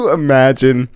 imagine